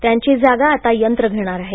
त्यांची जागा आता यंत्र घेणार आहे